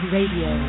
Radio